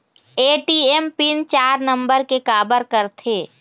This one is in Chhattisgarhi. ए.टी.एम पिन चार नंबर के काबर करथे?